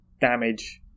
damage